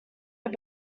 had